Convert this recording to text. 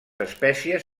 espècies